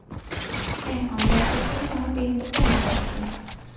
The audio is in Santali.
ᱦᱮᱸ ᱟᱞᱮ ᱟᱹᱛᱩ ᱠᱚᱨᱮ ᱦᱚᱸ ᱨᱤᱱ ᱫᱚᱠᱚ ᱦᱟᱛᱟᱣ ᱜᱮᱭᱟ